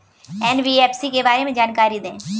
NBFC के बारे में जानकारी दें?